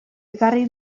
ekarri